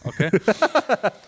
okay